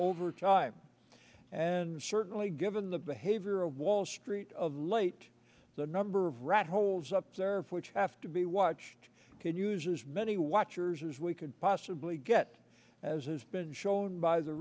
over time and certainly given the behavior of wall street of late the number of rat holes up surf which have to be watched can use as many watchers as we could possibly get as has been shown b